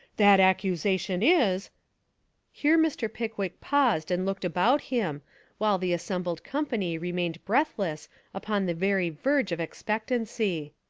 that accusation is here mr. pickwick paused and looked about him while the assembled company remained breathless upon the very verge of expectancy.